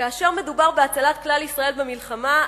כאשר מדובר בהצלת כלל ישראל במלחמה,